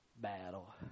battle